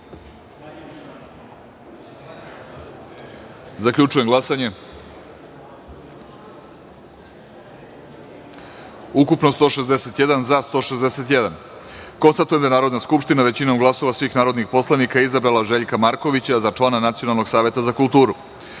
Srbije. Zaključujem glasanje: ukupno – 161, za – 161.Konstatujem da je Narodna skupština većinom glasova svih narodnih poslanika izabrala Željka Markovića za člana Nacionalnog saveta za kulturu. Stavljam